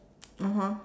(uh huh)